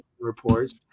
reports